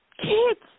Kids